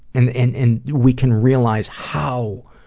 and and and we can realize how